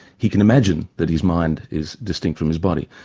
he can imagine that his mind is distinct from his body,